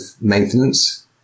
maintenance